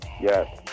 Yes